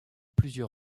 plusieurs